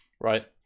right